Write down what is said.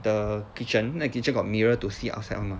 the kitchen then the kitchen got mirror to see outside [one] mah